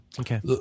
Okay